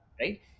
Right